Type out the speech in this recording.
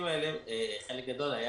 יש